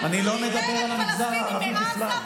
אני לא מדבר על המגזר הערבי בכלל.